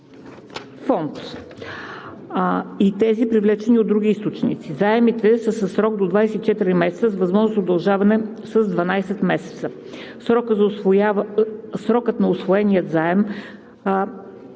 фонд и тези, привлечени от други източници. Заемите са със срок до 24 месеца, с възможност за удължаване с 12 месеца. За срока на усвоения заем